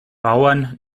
bauern